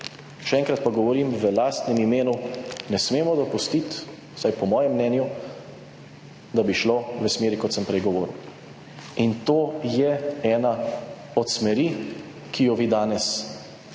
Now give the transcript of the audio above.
Še enkrat pa govorim v lastnem imenu, ne smemo dopustiti, vsaj po mojem mnenju, da bi šlo v smeri, kot sem prej govoril in to je ena od smeri, ki jo vi danes sprejemate